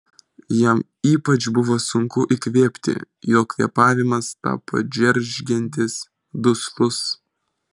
jam ypač buvo sunku įkvėpti jo kvėpavimas tapo džeržgiantis duslus